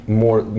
more